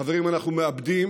חברים, אנחנו מאבדים